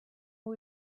who